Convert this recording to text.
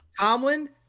Tomlin